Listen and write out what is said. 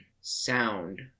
sound